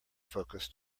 focus